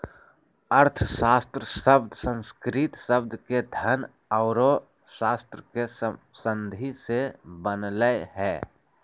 अर्थशास्त्र शब्द संस्कृत शब्द के धन औरो शास्त्र के संधि से बनलय हें